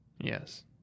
yes